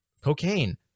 cocaine